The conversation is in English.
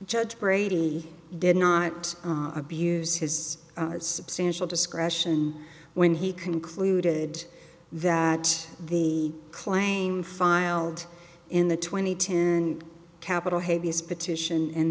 judge brady did not abuse his substantial discretion when he concluded that the claim filed in the twenty two capital heaviest petition